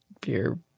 beer